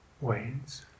wanes